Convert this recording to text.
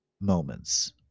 moments